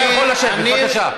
אתה יכול לשבת, בבקשה.